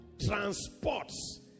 transports